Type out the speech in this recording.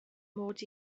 mod